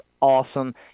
awesome